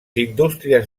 indústries